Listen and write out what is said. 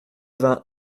vingt